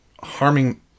harming